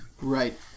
Right